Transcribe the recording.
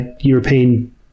European